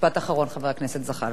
משפט אחרון, חבר הכנסת זחאלקה.